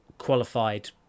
qualified